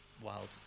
wild